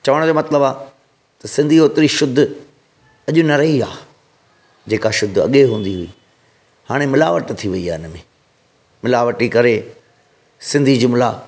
चवण जो मतिलबु आहे त सिंधी ओतिरी शुद्ध अॼु न रही आहे जेका शुद्ध अॻे हूंदी हुई हाणे मिलावट थी वई आहे हिन में मिलावट करे सिंधी जुमिला